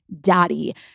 daddy